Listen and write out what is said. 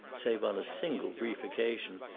save on a single brief occasion,